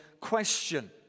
question